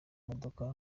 modoka